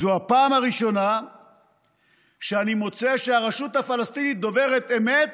זו הפעם הראשונה שאני מוצא שהרשות הפלסטינית דוברת אמת,